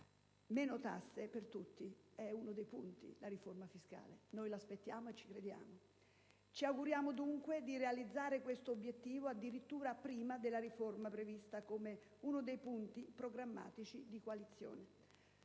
riforma fiscale è uno dei punti del programma: noi la aspettiamo e ci crediamo. Ci auguriamo dunque di realizzare questo obiettivo, addirittura prima della riforma prevista, come uno dei punti programmatici di coalizione.